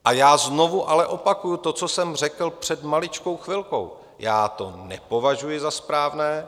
Já ale znovu opakuji to, co jsem řekl před maličkou chvilkou, já to nepovažuji za správné.